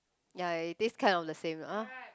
ya it taste kind of the same ah